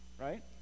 right